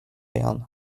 jan